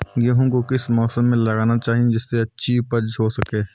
गेहूँ को किस मौसम में लगाना चाहिए जिससे अच्छी उपज हो सके?